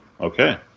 Okay